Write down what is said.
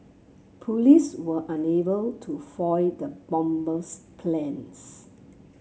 police were unable to foil the bomber's plans